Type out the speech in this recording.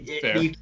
Fair